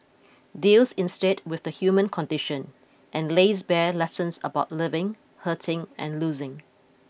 deals instead with the human condition and lays bare lessons about living hurting and losing